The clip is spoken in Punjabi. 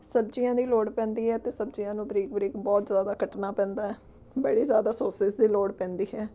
ਸਬਜ਼ੀਆਂ ਦੀ ਲੋੜ ਪੈਂਦੀ ਹੈ ਅਤੇ ਸਬਜ਼ੀਆਂ ਨੂੰ ਬਰੀਕ ਬਰੀਕ ਬਹੁਤ ਜ਼ਿਆਦਾ ਕੱਟਣਾ ਪੈਂਦਾ ਬੜੀ ਜ਼ਿਆਦਾ ਸੋਸਿਸ ਦੀ ਲੋੜ ਪੈਂਦੀ ਹੈ